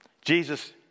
Jesus